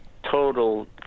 Total